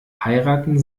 heiraten